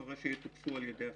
אחרי שיטוכסו על ידי השר.